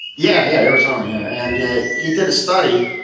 yeah, yeah, arizona, yeah and yeah. he did a study,